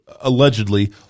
allegedly